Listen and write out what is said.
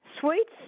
Sweets